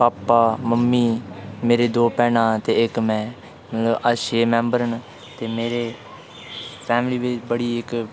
पापा mummy मेरी दौ भैनां ते इक्क में अस छे मेंबर न ते मेरी फैमिली बी बड़ी इक